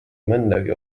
mõndagi